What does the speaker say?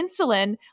insulin